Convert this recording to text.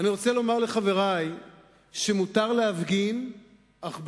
אני רוצה לומר לחברי שמותר להפגין אך באישור,